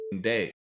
day